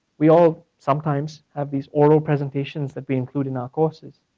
we all sometimes have these oral presentations that we include in our courses,